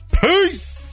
Peace